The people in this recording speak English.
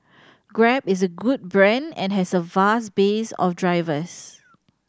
grab is a good brand and has a vast base of drivers